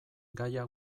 gaia